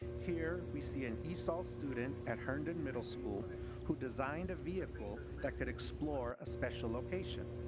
here we see an esol student at herndon middle school who designed a vehicle that could explore a special location.